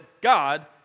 God